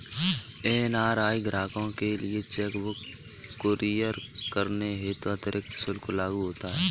NRI ग्राहकों के लिए चेक बुक कुरियर करने हेतु अतिरिक्त शुल्क लागू होता है